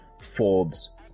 Forbes